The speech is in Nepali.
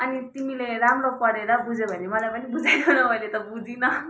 अनि तिमीले राम्रो पढेर बुझ्यौ भने मलाई पनि बुझाइदेउ न मैले त बुझिनँ